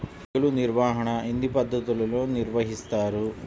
తెగులు నిర్వాహణ ఎన్ని పద్ధతులలో నిర్వహిస్తారు?